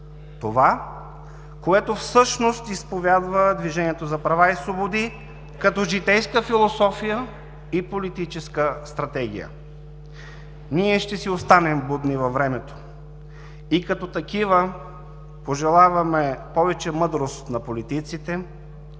това, което всъщност изповядва „Движението за права и свободи“ като житейска философия и политическа стратегия. Ние ще си останем будни във времето и като такива пожелаваме повече мъдрост на политиците,